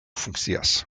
funkcias